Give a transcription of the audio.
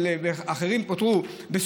שאחרים פטורים,